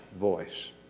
voice